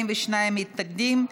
42 מתנגדים.